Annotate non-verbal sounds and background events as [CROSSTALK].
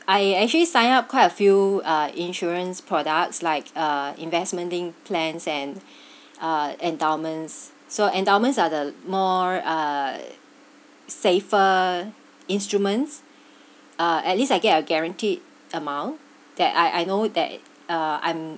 I I actually sign up quite a few ah insurance products like uh investment link plans and [BREATH] uh endowments so endowments are the more uh safer instruments uh at least I get are guaranteed amount that I I know that uh I'm